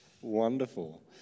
Wonderful